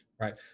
Right